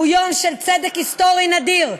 הוא יום של צדק היסטורי נדיר,